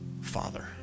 father